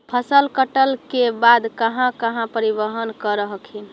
फसल कटल के बाद कहा कहा परिबहन कर हखिन?